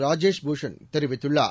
ராஜேஷ் பூஷன் தெரிவித்துள்ளார்